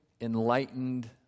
enlightened